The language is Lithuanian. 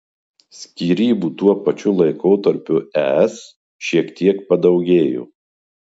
skyrybų tuo pačiu laikotarpiu es šiek tiek padaugėjo